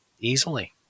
Easily